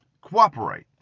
cooperate